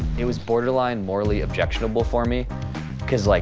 it was borderline morally-objectionable for me cause like